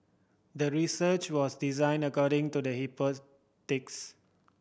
the research was designed according to the